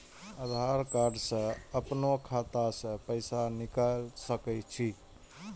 आधार कार्ड से अपनो खाता से पैसा निकाल सके छी?